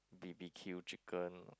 B_B_Q chicken